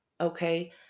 Okay